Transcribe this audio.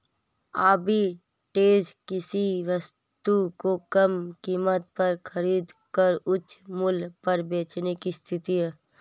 arbitrage किसी वस्तु को कम कीमत पर खरीद कर उच्च मूल्य पर बेचने की स्थिति है